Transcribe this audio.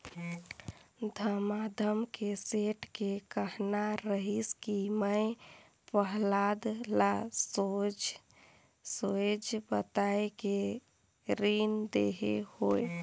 धमधा के सेठ के कहना रहिस कि मैं पहलाद ल सोएझ सोएझ बताये के रीन देहे हो